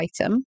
item